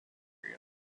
area